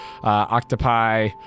octopi